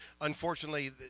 unfortunately